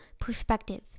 perspective